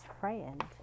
frightened